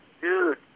dude